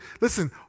Listen